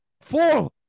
four